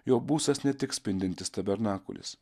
jo būstas ne tik spindintis tabernakulis